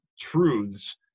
truths